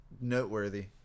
noteworthy